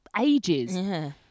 ages